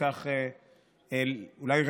וכך אולי,